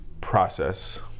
process